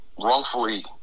wrongfully